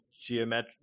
geometric